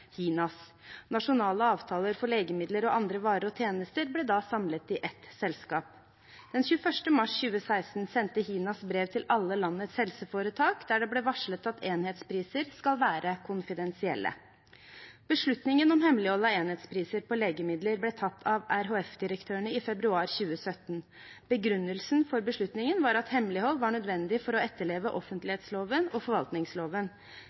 HINAS. Nasjonale avtaler for legemidler og andre varer og tjenester ble da samlet i ett selskap. Den 21. mars 2016 sendte HINAS brev til alle landets helseforetak der det ble varslet at enhetspriser skal være konfidensielle. Beslutningen om hemmelighold av enhetspriser på legemidler ble tatt av RHF-direktørene i februar 2017. Begrunnelsen for beslutningen var at hemmelighold var nødvendig for å etterleve offentlighetsloven og forvaltningsloven.